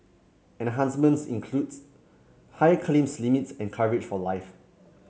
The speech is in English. enhancements includes higher claims limits and coverage for life